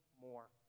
more